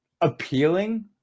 appealing